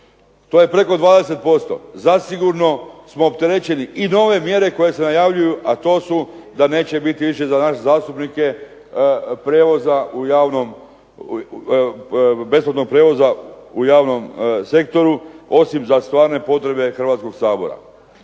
to je preko 20%. Zasigurno smo opterećeni i nove mjere koje se najavljuju, a to su da neće biti više za naše zastupnike besplatnog prijevoza u javnom sektoru, osim za stvarne potrebe Hrvatskoga sabora.